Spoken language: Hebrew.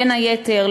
בין היתר,